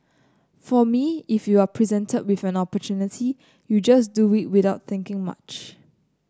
for me if you are presented with an opportunity you just do without thinking much